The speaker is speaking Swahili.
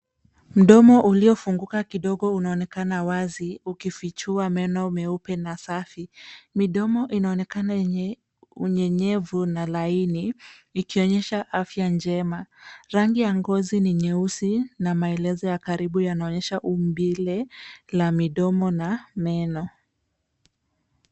Mdomo uliofunguka kidogo, unaonekana wazi, ukifichua meno meupe na safi. Midomo inaonekana yenye unyevunyevu na laini, ikionyesha afya njema. Rangi ya ngozi ni nyeusi na maelezo ya karibu yanaonyesha umbile la midomo na meno.